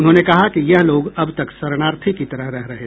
उन्होंने कहा कि यह लोग अबतक शरणार्थी की तरह रह रहे थे